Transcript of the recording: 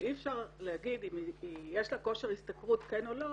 אבל אי אפשר להגיד אם יש לה כושר השתכרות כן או לא,